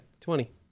Twenty